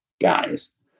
guys